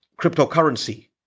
cryptocurrency